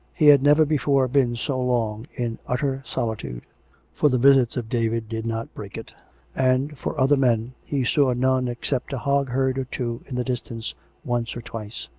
he had never before been so long in utter solitude for the visits of david did not break it and, for other men, he saw none except a hog-herd or two in the distance once or twice.